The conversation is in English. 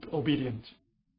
obedient